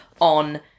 on